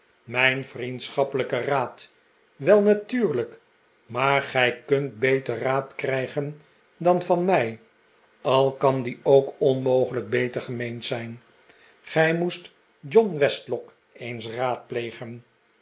mijn vriendschappelijken raad wel natuurlijk maar gij kunt beter raad krijgen dan van mij al kan die ook onmogelijk beter gemeend zijn gij moest john westlock eens raadplegen